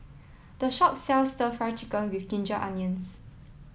the shop sells Stir Fry Chicken with Ginger Onions